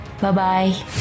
Bye-bye